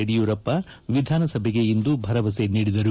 ಯಡಿಯೂರಪ್ಪ ವಿಧಾನಸಭೆಗಿಂದು ಭರವಸೆ ನೀಡಿದರು